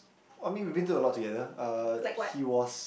I mean we went through a lot together uh he was